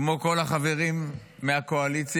כמו כל החברים מהקואליציה,